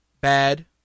bad